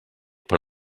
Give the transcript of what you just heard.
per